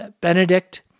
Benedict